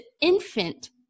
infant